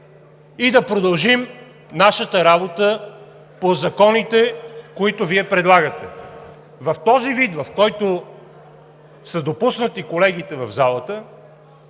и да продължим нашата работа по законите, които Вие предлагате. В този вид, в който са допуснати колегите в залата,